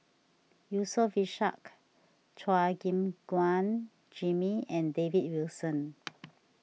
Yusof Ishak Chua Gim Guan Jimmy and David Wilson